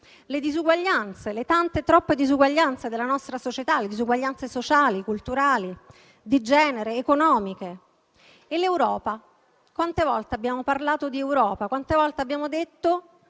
conoscevamo le tante e troppe disuguaglianze della nostra società, disuguaglianze sociali, culturali, di genere, economiche? Quante volte poi abbiamo parlato di Europa? Quante volte abbiamo detto